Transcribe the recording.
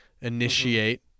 initiate